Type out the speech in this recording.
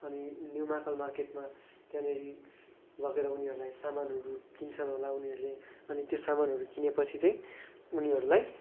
अनि न्यू महाकाल मार्केटमा त्यहाँनिर लगेर उनीहरूलाई सामानहरू किन्छन् होला उनीहरूले अनि त्यो सामानहरू किनेपछि चाहिँ उनीहरूलाई